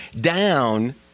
down